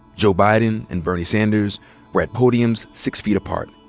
joe biden and bernie sanders were at podiums six feet apart.